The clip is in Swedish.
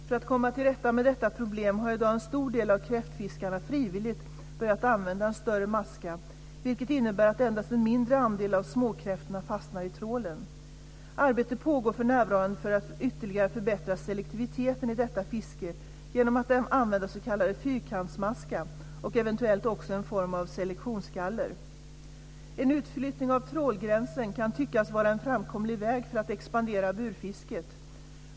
För att komma till rätta med detta problem har i dag en stor del av kräftfiskarna frivilligt börjat använda en större maska vilket innebär att endast en mindre andel av småkräftorna fastnar i trålen. Arbete pågår för närvarande för att ytterligare förbättra selektiviteten i detta fiske genom att använda s.k. fyrkantsmaska och eventuellt också en form av selektionsgaller. En utflyttning av trålgränsen kan tyckas vara en framkomlig väg för att expandera burfisket.